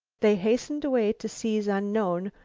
they hastened away to seas unknown,